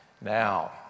Now